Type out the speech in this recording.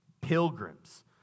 pilgrims